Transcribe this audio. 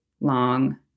long